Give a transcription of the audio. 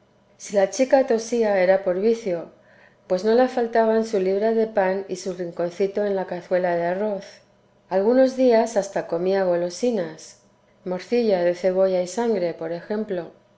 si la chica tosía era por vicio pues no la faltaban su libra de pan y su rinconcito en la cazuela de arroz algunos días hasta comía golosinas morcilla de cebolla y sangre por ejemplo